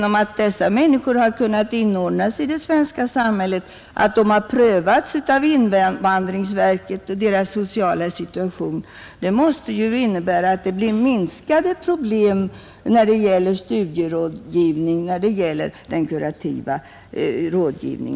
Om dessa människor har kunnat inordnas i det svenska samhället och deras sociala situation har prövats av invandrarverket måste det innebära minskade problem när det gäller studierådgivning och kurativ verksamhet.